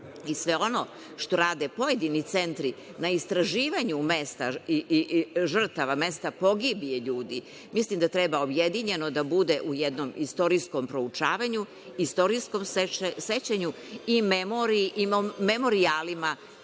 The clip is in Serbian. I sve ono što rade pojedini centri na istraživanju žrtava, mesta pogibije ljudi mislim da treba objedinjeno da bude u jednom istorijskom proučavanju, istorijskom sećanju i memoriji